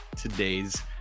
today's